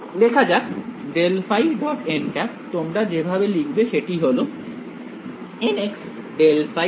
লেখা যাক ∇ϕ· তোমরা যেভাবে লিখবে সেটি হলো nx∂ϕ∂x ny∂ϕ∂y